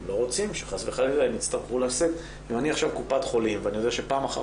אם אני עכשיו מקופת חולים ואני יודע שפעם אחר